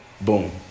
boom